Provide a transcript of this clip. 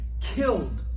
killed